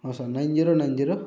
ହଁ sir nine zero nine zero